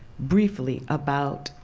briefly about